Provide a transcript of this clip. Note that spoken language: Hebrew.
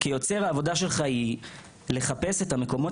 כיוצר העבודה שלך היא לחפש את המקומות